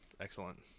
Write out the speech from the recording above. excellent